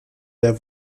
der